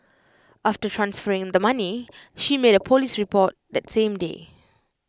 after transferring the money she made A Police report that same day